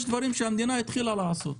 יש דברים שהמדינה התחילה לעשות,